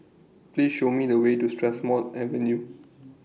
Please Show Me The Way to Strathmore Avenue